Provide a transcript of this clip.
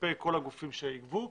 כלפי כל הגופים שיגבו,